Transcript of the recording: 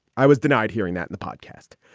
i was denied hearing that in the podcast.